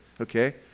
Okay